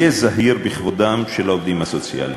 היה זהיר בכבודם של העובדים הסוציאליים.